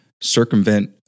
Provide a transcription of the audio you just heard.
circumvent